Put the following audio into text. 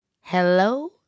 Hello